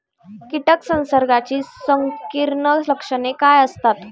कीटक संसर्गाची संकीर्ण लक्षणे काय असतात?